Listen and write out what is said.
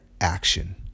action